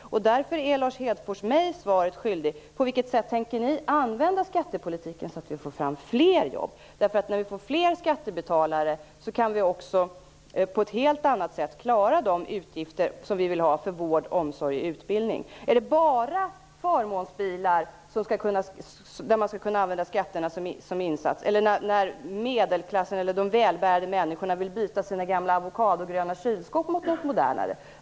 Därför är Lars Hedfors mig svaret skyldig: På vilket sätt tänker ni använda skattepolitiken så att vi får fram fler jobb? När vi får fler skattebetalare kan vi nämligen också på ett helt annat sätt klara de utgifter för sådant som vi vill ha i fråga om vård, omsorg och utbildning. Är det bara när det gäller förmånsbilar som man skall kunna använda skatterna som insats eller när medelklassen, eller de välbärgade människorna, vill byta sina gamla avokadogröna kylskåp mot mer moderna?